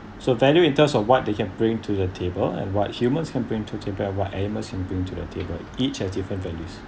so value in terms of what they can bring to the table and what humans can bring to table and what animals can bring to the table each have different values